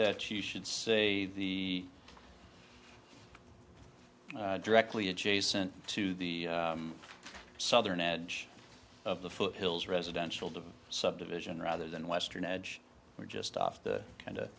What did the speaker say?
that you should say the directly adjacent to the southern edge of the foothills residential to subdivision rather than western edge or just off the kind